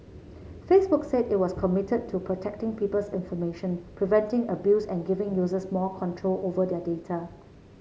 Facebook said it was committed to protecting people's information preventing abuse and giving users more control over their data